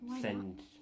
send